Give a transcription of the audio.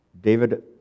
David